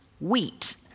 wheat